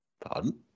Pardon